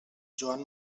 joan